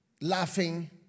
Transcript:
laughing